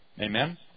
Amen